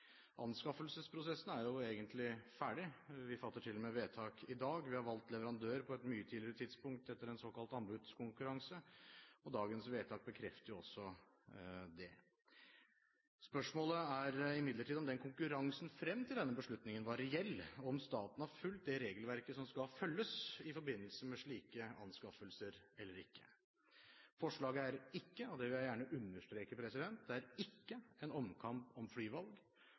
Anskaffelsesprosessen er jo egentlig ferdig – vi fatter til og med vedtak i dag. Vi har valgt leverandør på et mye tidligere tidspunkt etter en såkalt anbudskonkurranse, og dagens vedtak bekrefter også det. Spørsmålet er imidlertid om konkurransen frem til denne beslutningen var reell, og om staten har fulgt det regelverket som skal følges i forbindelse med slike anskaffelser, eller ikke. Forslaget er ikke – og det vil jeg gjerne understreke – en omkamp om flyvalg,